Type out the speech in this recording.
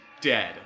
dead